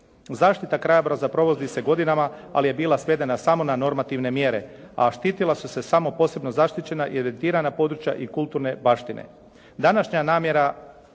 Zaštita krajobraza provodi se godinama, ali je bila svedena samo na normativne mjere, a štitila su se samo posebno zaštićena i evidentirana područja i kulturne baštine.